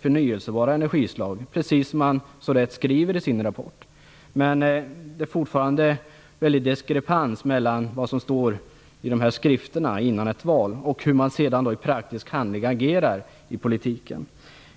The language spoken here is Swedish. förnyelsebara energislag, precis som man så riktigt skriver i sin rapport. Det finns fortfarande en väldig diskrepans mellan vad som står i skrifterna innan ett val och hur man sedan agerar i praktisk handling i politiken.